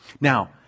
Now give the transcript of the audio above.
Now